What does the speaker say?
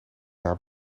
daar